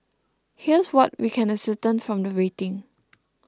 here's what we can ascertain from the rating